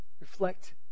reflect